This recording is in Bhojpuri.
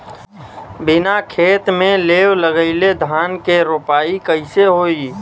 बिना खेत में लेव लगइले धान के रोपाई कईसे होई